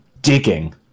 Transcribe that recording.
digging